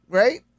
right